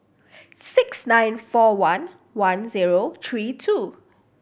six nine four one one zero three two